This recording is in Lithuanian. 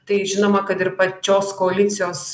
tai žinoma kad ir pačios koalicijos